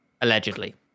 Allegedly